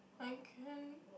I can